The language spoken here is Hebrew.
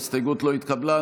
ההסתייגות לא התקבלה.